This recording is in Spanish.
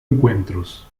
encuentros